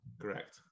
correct